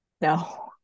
No